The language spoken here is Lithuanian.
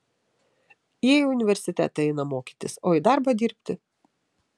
jie į universitetą eina mokytis o į darbą dirbti